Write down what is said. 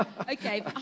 Okay